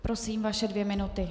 Prosím o vaše dvě minuty.